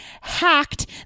hacked